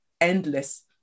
endless